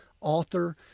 author